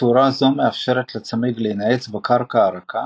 צורה זו מאפשרת לצמיג להינעץ בקרקע הרכה,